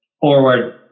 forward